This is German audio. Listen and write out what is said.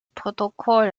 protokoll